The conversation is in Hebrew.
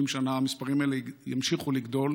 30 שנה המספרים האלה ימשיכו לגדול,